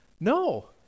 No